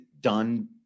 done